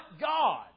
God